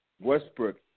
Westbrook